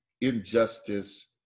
injustice